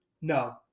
No